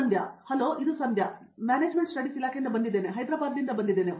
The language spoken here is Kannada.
ಸಂಧ್ಯಾ ಹಲೋ ಇದು ಸಂಧ್ಯಾ ನಾನು ಮ್ಯಾನೇಜ್ಮೆಂಟ್ ಸ್ಟಡೀಸ್ ಇಲಾಖೆಯಿಂದ ಬಂದಿದ್ದೇನೆ ನಾನು ಹೈದರಾಬಾದ್ನಿಂದ ಬಂದಿದ್ದೇನೆ